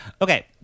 Okay